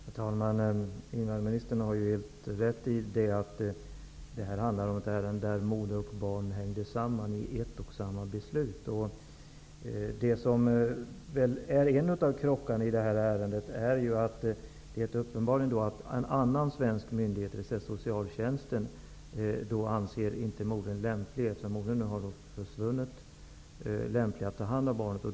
Herr talman! Invandrarministern har rätt i att beslutet i det här ärendet omfattade både moder och barn. En av krockarna i det här ärendet är uppenbarligen att en annan svensk myndighet, dvs. socialtjänsten, inte anser modern, som nu har försvunnit, lämplig som vårdnadshavare.